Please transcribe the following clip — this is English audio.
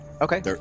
Okay